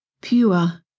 pure